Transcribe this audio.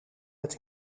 met